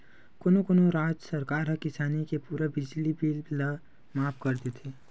कोनो कोनो राज सरकार ह किसानी के पूरा बिजली बिल ल माफ कर देथे